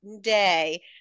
day